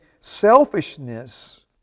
selfishness